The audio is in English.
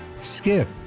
Skip